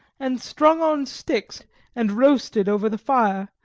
and strung on sticks and roasted over the fire,